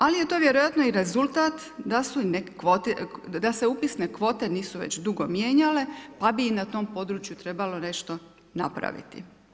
Ali je to vjerojatno i rezultat da se upisne kvote nisu već dugo mijenjale, pa bi i na tom području trebalo nešto napraviti.